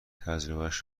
تجربهاش